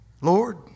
Lord